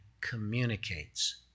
communicates